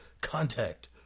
contact